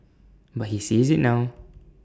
but he sees IT now